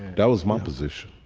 that was my position